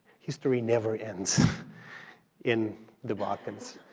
history never ends in the balkans,